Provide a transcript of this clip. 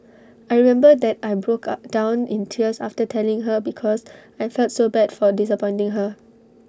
I remember that I broke up down in tears after telling her because I felt so bad for disappointing her